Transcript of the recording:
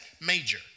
major